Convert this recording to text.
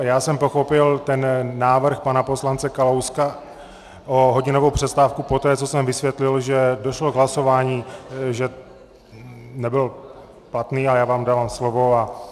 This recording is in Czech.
Já jsem pochopil ten návrh pana poslance Kalouska o hodinovou přestávku, poté co jsem vysvětlil, že došlo k hlasování, že nebyl platný, a já vám dávám slovo.